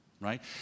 right